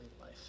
life